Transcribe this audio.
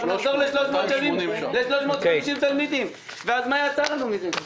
אנחנו נחזור ל-350 תלמידים ואז מה ייצא לנו מזה?